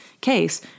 case